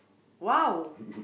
!wow!